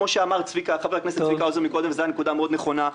כמו שאמר חבר הכנסת צביקה האוזר מקודם וזו הייתה נקודה מאוד נכונה,